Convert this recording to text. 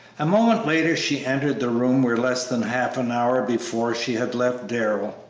a moment later she entered the room where less than half an hour before she had left darrell.